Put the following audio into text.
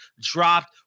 dropped